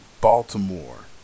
Baltimore